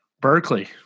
Berkeley